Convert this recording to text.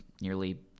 nearly